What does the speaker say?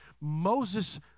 Moses